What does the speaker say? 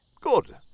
Good